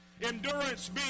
Endurance